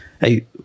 hey